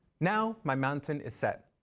now, my mountain is set.